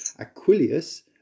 Aquilius